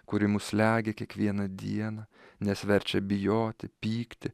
kuri mus slegia kiekvieną dieną nes verčia bijoti pykti